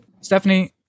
Stephanie